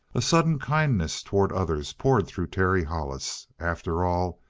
a sudden kindness toward others poured through terry hollis. after all,